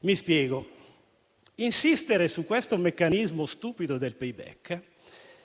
Mi spiego: insistere sul meccanismo sciocco del *payback*